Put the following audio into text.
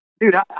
Dude